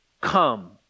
come